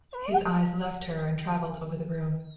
his eyes left her and traveled over the room.